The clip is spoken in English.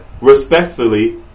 Respectfully